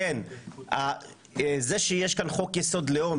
זה שנחקק כאן חוק יסוד לאום,